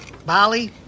Bali